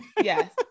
Yes